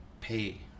pay